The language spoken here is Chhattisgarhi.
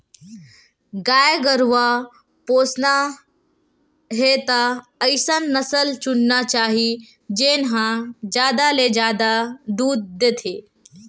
गाय गरूवा पोसना हे त अइसन नसल चुनना चाही जेन ह जादा ले जादा दूद देथे